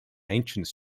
ancient